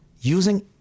using